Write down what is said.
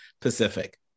Pacific